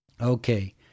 Okay